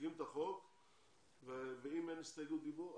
מציגים את החוק ואם אין הסתייגות דיבור,